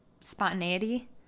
spontaneity